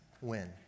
win